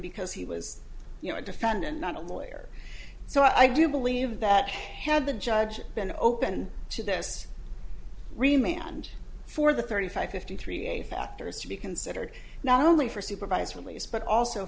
because he was you know a defendant not a lawyer so i do believe that had the judge been open to this remained for the thirty five fifty three a factor is to be considered not only for supervised release but also